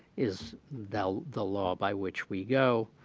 is the the law by which we go,